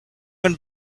have